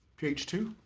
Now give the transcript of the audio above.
ph two.